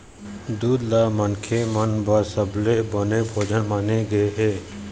दूद ल मनखे मन बर सबले बने भोजन माने गे हे